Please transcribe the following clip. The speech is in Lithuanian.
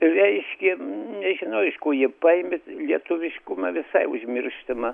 reiškia nežinau iš ko jie paėmė lietuviškumą visai užmirštama